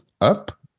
up